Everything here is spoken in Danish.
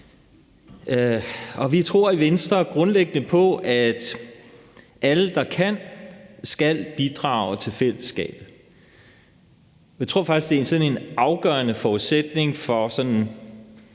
Og vi tror i Venstre grundlæggende på, at alle, der kan, skal bidrage til fællesskabet. Jeg tror faktisk, det er en afgørende forudsætning for et